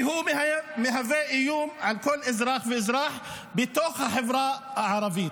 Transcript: כי הוא מהווה איום על כל אזרח ואזרח בתוך החברה הערבית.